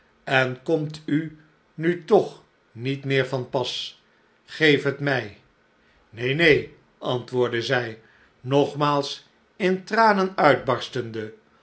en komt u nu toch niet meer te pas geef het mij neen neen antwoordde zij nogmaals in tranen uitbarstende